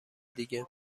دیگه